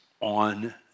on